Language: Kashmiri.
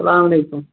اسلام علیکُم